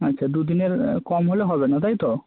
আচ্ছা দুদিনের কম হলে হবে না তাই তো